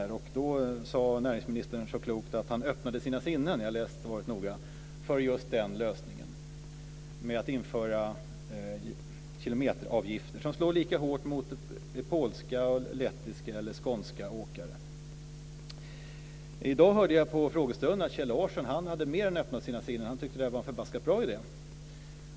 Då sade näringsministern så klokt att han öppnade sina sinnen - jag har läst svaret noga - för just den lösningen: att införa kilometeravgifter som slår lika hårt mot polska, lettiska och skånska åkare. I dag hörde jag på frågestunden att Kjell Larsson hade mer än öppnat sina sinnen. Han tyckte att det här var en förbaskat bra idé.